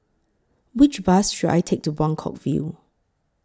Which Bus should I Take to Buangkok View